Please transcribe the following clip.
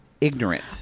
ignorant